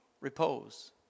repose